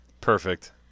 Perfect